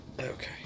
Okay